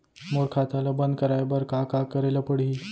मोर खाता ल बन्द कराये बर का का करे ल पड़ही?